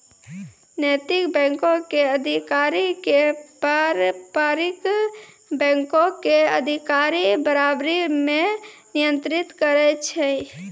नैतिक बैंको के अधिकारी के पारंपरिक बैंको के अधिकारी बराबरी मे नियंत्रित करै छै